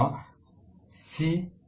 और ई इसी ऊर्जा है